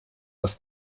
das